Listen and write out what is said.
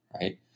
Right